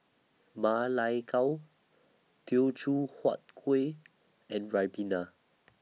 Ma Lai Gao Teochew Huat Kueh and Ribena